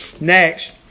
next